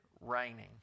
raining